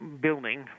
building